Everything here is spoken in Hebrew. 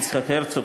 יצחק הרצוג,